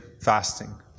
fasting